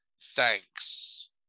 thanks